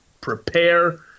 prepare